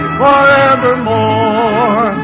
forevermore